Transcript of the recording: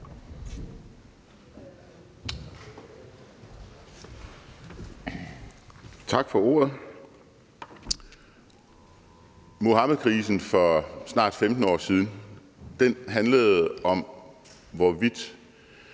Tak for ordet. Muhammedkrisen for snart 15 år siden handlede om, hvorvidt